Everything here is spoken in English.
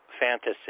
fantasy